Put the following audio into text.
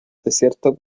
desiertos